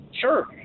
sure